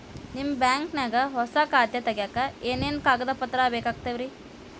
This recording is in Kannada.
ನಿಮ್ಮ ಬ್ಯಾಂಕ್ ನ್ಯಾಗ್ ಹೊಸಾ ಖಾತೆ ತಗ್ಯಾಕ್ ಏನೇನು ಕಾಗದ ಪತ್ರ ಬೇಕಾಗ್ತಾವ್ರಿ?